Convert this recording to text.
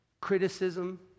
criticism